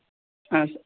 ಹಾಂ ಸ